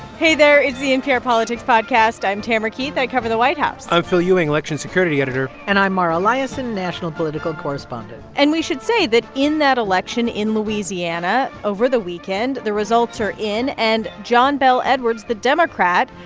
hey there. it's the npr politics podcast. i'm tamara keith. i cover the white house i'm phil ewing, election security editor and i'm mara liasson, national political correspondent and we should say that in that election in louisiana over the weekend, the results are in. and john bel edwards, the democrat,